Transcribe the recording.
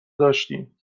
داشتیم